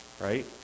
right